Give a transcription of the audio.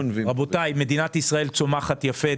רבותיי, מדינת ישראל צומחת יפה.